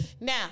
Now